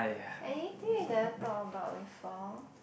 anything we never talk about before